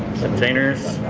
containers,